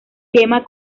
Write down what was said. quema